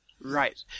Right